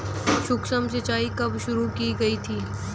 सूक्ष्म सिंचाई कब शुरू की गई थी?